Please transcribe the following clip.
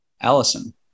Allison